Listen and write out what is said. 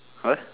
what